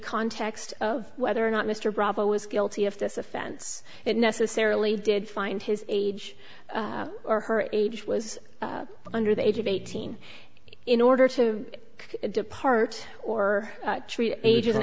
context of whether or not mr bravo was guilty of this offense it necessarily did find his age or her age was under the age of eighteen in order to depart or age as an